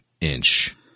inch